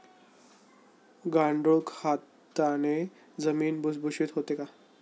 गांडूळ खताने जमीन भुसभुशीत होते का?